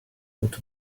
would